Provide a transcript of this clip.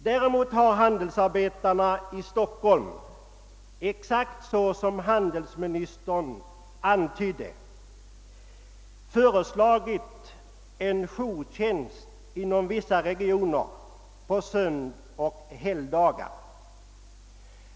Däremot har handelsarbetarna i Stockholm, exakt så som handelsministern antydde, föreslagit en jourtjänst inom vissa regioner på sönoch helgdagar.